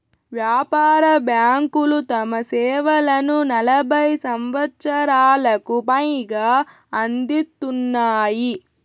వ్యాపార బ్యాంకులు తమ సేవలను నలభై సంవచ్చరాలకు పైగా అందిత్తున్నాయి